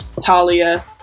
talia